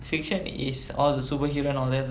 fiction is all the superhero and all that right